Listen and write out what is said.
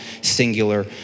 singular